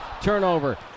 turnover